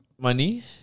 money